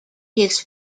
his